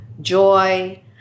joy